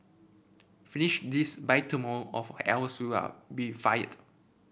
finish this by tomorrow of else you'll be fired